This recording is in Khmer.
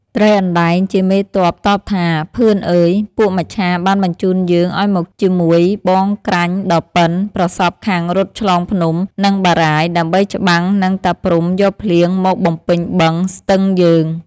ត្រីអណ្តែង ជាមេទ័ពតបថា “ ភឿនអើយ ! ពួកមច្ឆាបានបញ្ជូនយើងឱ្យមកជាមួយបងក្រាញ់ដ៏ប៉ិន ប្រសប់ខាងរត់ឆ្លងភ្នំ និងបារាយណ៍ ដើម្បីច្បាំងនឹងតាព្រហ្មយកភ្លៀងមកបំពេញបឹង ស្ទឹងយើង “ ។